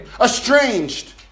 estranged